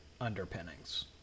underpinnings